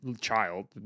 child